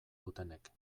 dutenek